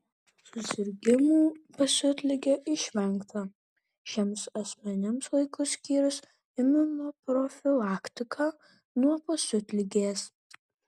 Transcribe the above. susirgimų pasiutlige išvengta šiems asmenims laiku skyrus imunoprofilaktiką nuo pasiutligės